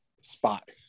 spot